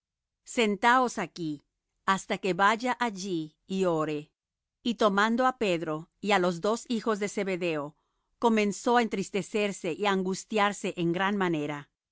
sentaos aquí hasta que vaya allí y ore y tomando á pedro y á los dos hijos de zebedeo comenzó á entristecerse y á angustiarse en gran manera